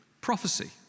prophecy